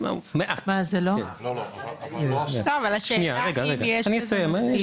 אבל השאלה אם יש בזה מספיק.